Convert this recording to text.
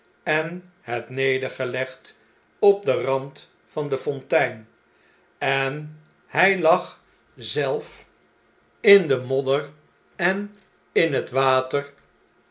en het nedergelegd op den rand van de fontein en hjj lag zelfindemodder en in het water